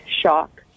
shock